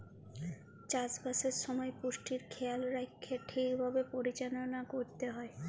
চাষবাসের সময় পুষ্টির খেয়াল রাইখ্যে ঠিকভাবে পরিচাললা ক্যইরতে হ্যয়